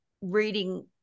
reading